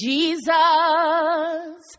Jesus